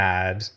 add